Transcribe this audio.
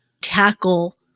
tackle